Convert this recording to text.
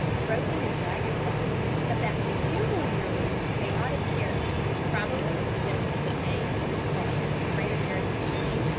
broken and jagged rocks, of that peculiarly chaotic character which probably suggested the name to this part of the great american chain,